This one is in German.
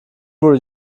wurde